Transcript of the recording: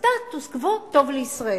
סטטוס-קוו טוב לישראל.